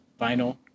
vinyl